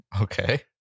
okay